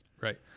Right